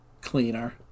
cleaner